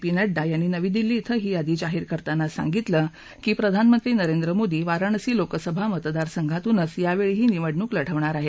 P Nadda यांनी नवी दिल्ली क्रें ही यादी जाहीर करताना सांगितलं की प्रधानमंत्री नरेंद्र मोदी वाराणसी लोकसभा मतदार संघातूनच यावेळीही निवडणूक लढवणार आहेत